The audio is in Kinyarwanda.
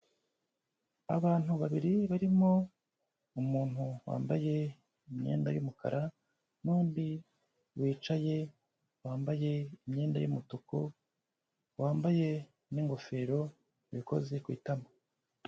Abantu babiri, barimo umuntu wambaye imyenda y'umukara n'undi wicaye wambaye imyenda y'umutuku, wambaye n'ingofero, wikoze ku itama.